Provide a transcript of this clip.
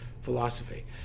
philosophy